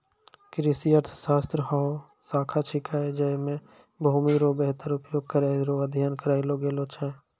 कृषि अर्थशास्त्र हौ शाखा छिकै जैमे भूमि रो वेहतर उपयोग करै रो अध्ययन करलो गेलो छै